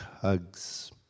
hugs